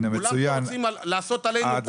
כולם רוצים לעשות עלינו קופות --- הנה, מצוין.